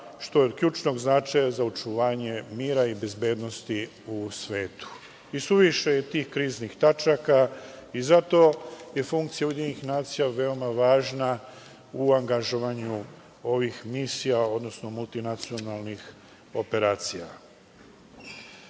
što je od ključno značaja za očuvanje mira i bezbednosti u svetu. Suviše je kriznih tačaka i zato funkcija UN je veoma važna u angažovanju ovih misija, odnosno multinacionalnih operacija. Odlukom